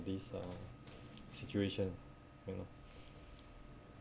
this uh situation you know